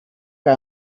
que